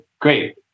great